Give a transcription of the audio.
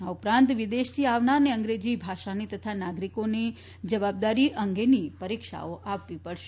આ ઉપરાંત વિદેશથી આવનારને અંગ્રેજી ભાષાની તથા નાગરિકોની જવાબદારી અંગેની પરીક્ષાઓ આપવી પડશે